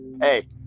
Hey